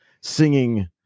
singing